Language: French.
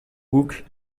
boucle